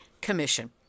commission